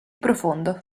profondo